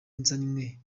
nsanzwe